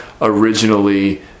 originally